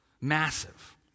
Massive